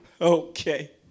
Okay